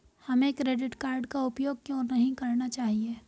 हमें credit card का उपयोग क्यों नहीं करना चाहिए?